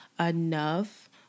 enough